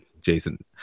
Jason